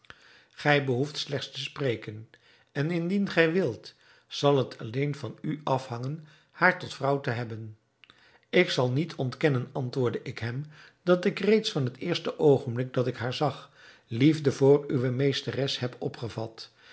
gij behoeft slechts te spreken en indien gij wilt zal het alleen van u afhangen haar tot vrouw te hebben ik zal niet ontkennen antwoordde ik hem dat ik reeds van het eerste oogenblik dat ik haar zag liefde voor uwe meesteres heb opgevat